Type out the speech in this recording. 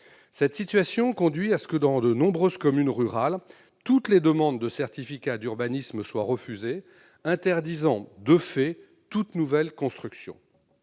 Cette situation conduit à ce que dans de nombreuses communes rurales toutes les demandes de certificat d'urbanisme soient refusées, interdisant de fait toute nouvelle construction.